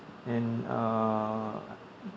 and uh